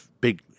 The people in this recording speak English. big